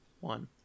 one